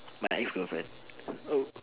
my ex girlfriend